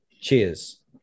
Cheers